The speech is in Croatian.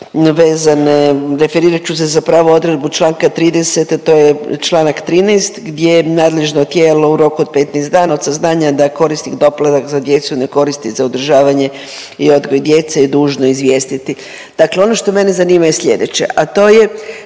referirat ću se zapravo na odredbu Članku 30. a to je Članak 13. gdje nadležno tijelo u roku od 15 dana od saznanja da korisnik doplatak za djecu ne koristi za održavanje i odgoj djece je dužno izvijestiti. Dakle ono što mene zanima je slijedeće, a to je